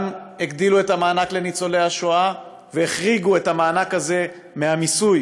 גם הגדילו את המענק לניצולי השואה והחריגו את המענק הזה מהמיסוי,